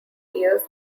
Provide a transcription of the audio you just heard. years